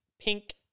pink